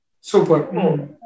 Super